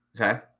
Okay